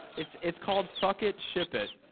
it's it's called, fuck it, ship it.